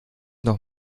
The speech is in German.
noch